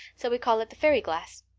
so we call it the fairy glass.